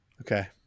okay